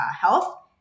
health